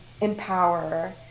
empower